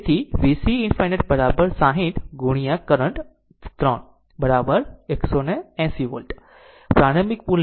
તેથી VC ∞ 60 ગુણ્યા current 3 180 volt